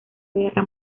guerra